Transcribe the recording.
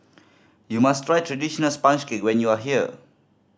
you must try traditional sponge cake when you are here